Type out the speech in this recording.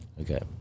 Okay